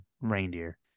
reindeer